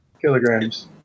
kilograms